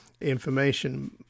information